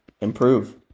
improve